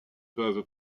peuvent